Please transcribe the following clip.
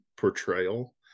portrayal